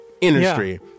industry